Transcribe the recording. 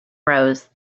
rose